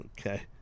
okay